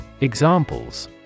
Examples